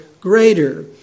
greater